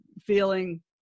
feeling